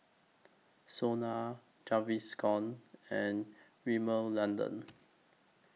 Sona Gaviscon and Rimmel London